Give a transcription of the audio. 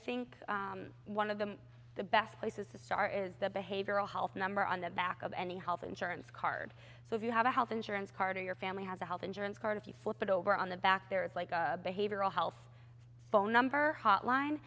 think one of the the best places to start is the behavioral health number on the back of any health insurance card so if you have a health insurance card or your family has a health insurance card if you flip it over on the back there is like a behavioral health phone number hotline